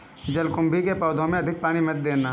जलकुंभी के पौधों में अधिक पानी मत देना